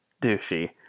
douchey